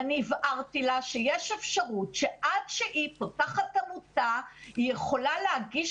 ואני הבהרתי לה שיש אפשרות שעד שהיא פותחת עמותה היא יכולה להגיש